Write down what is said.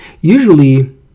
Usually